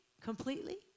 completely